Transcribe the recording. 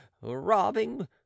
robbing